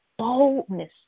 Boldness